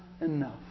enough